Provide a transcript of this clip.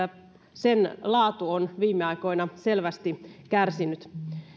sen laatu on viime aikoina selvästi kärsinyt